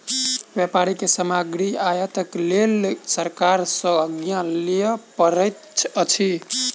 व्यापारी के सामग्री आयातक लेल सरकार सॅ आज्ञा लिअ पड़ैत अछि